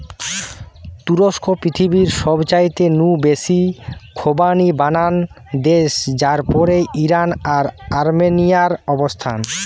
তুরস্ক পৃথিবীর সবচাইতে নু বেশি খোবানি বানানা দেশ যার পরেই ইরান আর আর্মেনিয়ার অবস্থান